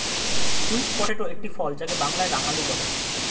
sweet potato একটি ফল যাকে বাংলায় রাঙালু বলে